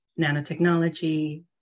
nanotechnology